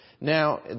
Now